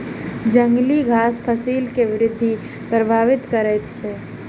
जंगली घास फसिल के वृद्धि प्रभावित करैत अछि